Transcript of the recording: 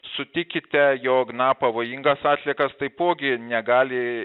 sutikite jog na pavojingas atliekas taipogi negali